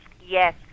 Yes